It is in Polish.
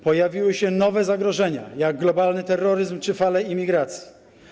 Pojawiły się nowe zagrożenia, jak globalny terroryzm czy fale imigracji.